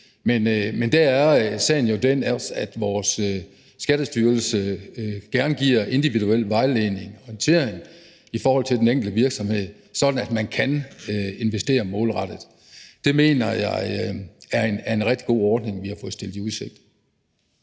Men der er sagen jo den, at vores Skattestyrelse gerne giver individuel vejledning og håndtering i forhold til den enkelte virksomhed, sådan at man kan investere målrettet. Det mener jeg er en rigtig god ordning, vi har fået stillet i udsigt.